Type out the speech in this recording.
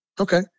Okay